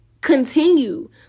continue